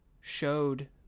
showed